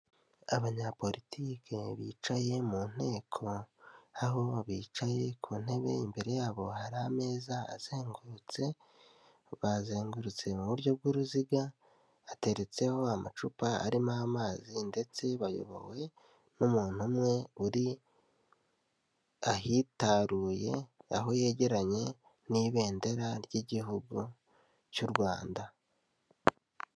Abanyapolitike bicaye mu nteko, aho bicaye ku ntebe imbere yabo hari ameza azengurutse, bazengurutse mu buryo bw'uruziga, hateretseho amacupa arimo amazi ndetse bayobowe n'umuntu umwe uri ahitaruye, aho yegeranye n'Ibendera ry'Igihugu cy'u Rwanda.